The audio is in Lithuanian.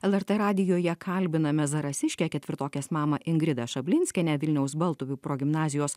lrt radijuje kalbiname zarasiškę ketvirtokės mamą ingridą šablinskienę vilniaus baltupių progimnazijos